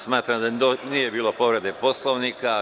Smatram da nije bilo povrede Poslovnika.